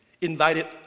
invited